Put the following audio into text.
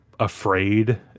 afraid